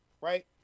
right